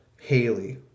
Haley